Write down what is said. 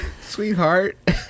sweetheart